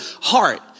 heart